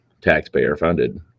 taxpayer-funded